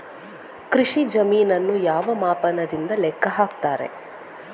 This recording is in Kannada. ಕೃಷಿ ಜಮೀನನ್ನು ಯಾವ ಮಾಪನದಿಂದ ಲೆಕ್ಕ ಹಾಕ್ತರೆ?